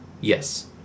Yes